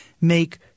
make